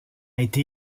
été